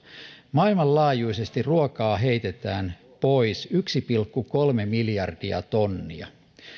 maailmanlaajuisesti ruokaa heitetään pois yksi pilkku kolme miljardia tonnia